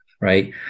right